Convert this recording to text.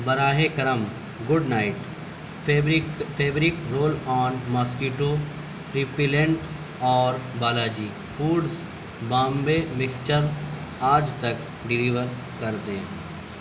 براہ کرم good night fabric fabric roll on mosquito repellent اور بالاجی فوڈز بامبے مکسچر آج تک ڈیلیور کر دیں